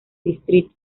distrito